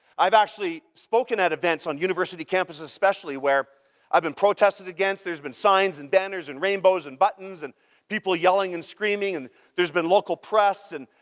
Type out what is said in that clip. i've actually spoken at events on university campuses especially where i've been protested against. there's been signs and banners and rainbows and buttons, people yelling and screaming, and there's been local press. and,